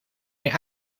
meer